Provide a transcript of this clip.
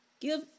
Give